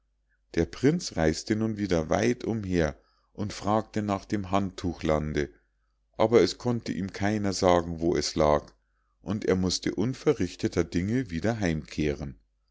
der prinz reis'te nun wieder weit umher und fragte nach dem handtuchlande aber es konnte ihm keiner sagen wo es lag und er mußte unverrichteter sache wieder heimkehren